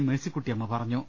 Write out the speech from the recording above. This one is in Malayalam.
മേഴ്സിക്കുട്ടിയമ്മ പറഞ്ഞു